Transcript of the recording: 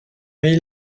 mais